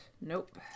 nope